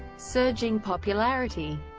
surging popularity